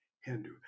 Hindu